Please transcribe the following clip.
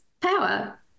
power